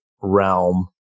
realm